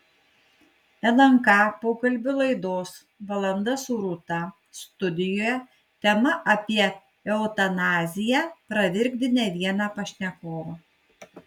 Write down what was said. lnk pokalbių laidos valanda su rūta studijoje tema apie eutanaziją pravirkdė ne vieną pašnekovą